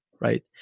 right